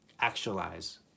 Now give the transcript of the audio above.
actualize